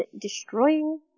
destroying